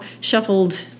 shuffled